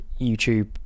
YouTube